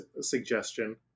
suggestion